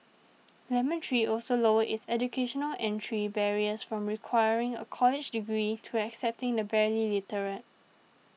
Lemon Tree also lowered its educational entry barriers from requiring a college degree to accepting the barely literate